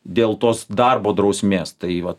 dėl tos darbo drausmės tai va